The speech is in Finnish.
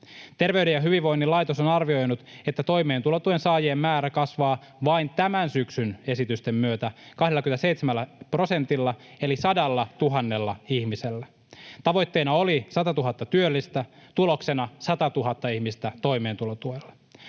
Terveyden ja hyvinvoinnin laitos on arvioinut, että toimeentulotuen saajien määrä kasvaa vain tämän syksyn esitysten myötä 27 prosentilla eli 100 000 ihmisellä. Tavoitteena oli 100 000 työllistä — tuloksena 100 000 ihmistä toimeentulotuella.